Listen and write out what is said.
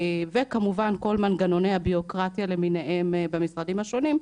וכמובן כל מנגנוני הבירוקרטיה למיניהן במשרדים השונים,